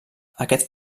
aquest